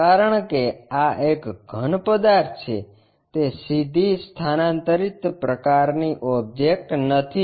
કારણ કે આ એક ઘન પદાર્થ છે તે સીધી સ્થાનાંતરિત પ્રકારની ઓબ્જેક્ટ નથી